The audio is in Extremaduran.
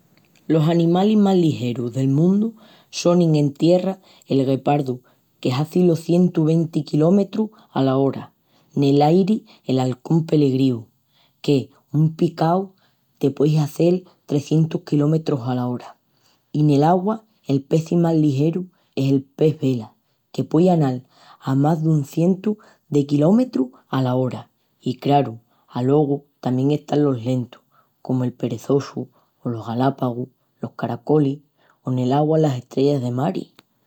Los animalis más ligerus del mundu sonin en tierra el guepardu que hazi los cientu venti kilometrus ala ora; nel airi l'alcón pelegriu que, en picau, te pueihazel trecientus quilometrus ala ora; i nel augua el peci más ligeru es el pes vela que puei anal a más dun cientu de kilometrus ala ora. I craru, alogu tamién están los lentus, comu el perezosu, o los galápagus, los caracolis o nel augua las estrellas de mari.